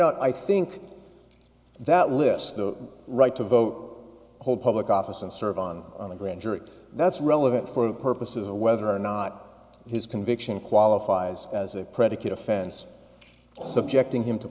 out i think that lists the right to vote hold public office and serve on on a grand jury that's relevant for the purposes of whether or not his conviction qualifies as a predicate offense subjecting him to